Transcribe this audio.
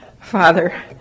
Father